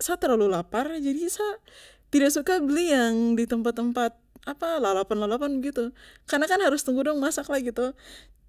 Sa terlalu lapar jadi sa tidak suka beli di yang tempat tempat lalapan lalapan begitu karnakan harus tunggu dong masak lagi toh